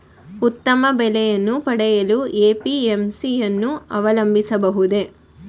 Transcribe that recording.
ಉತ್ತಮ ಬೆಲೆಯನ್ನು ಪಡೆಯಲು ಎ.ಪಿ.ಎಂ.ಸಿ ಯನ್ನು ಅವಲಂಬಿಸಬಹುದೇ?